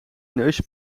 neus